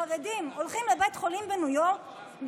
כשחרדים הולכים לבית חולים בפסח,